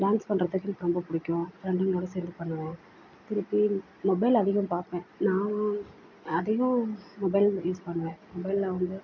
dance பண்ணுறத்துக்கு எனக்கு ரொம்ப பிடிக்கும் ஃப்ரெண்டுங்களோடு சேர்ந்து பண்ணுவோம் திருப்பி மொபைல் அதிகம் பார்ப்பேன் நான் அதிகம் மொபைல் யூஸ் பண்ணுவேன் மொபைலில் வந்து